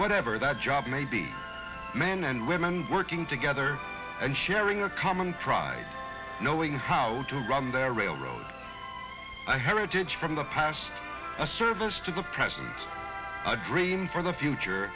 whatever that job may be men and women working together and sharing a common pride knowing how to run their railroad a heritage from the past a service to the present a dream for the future